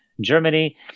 Germany